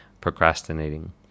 procrastinating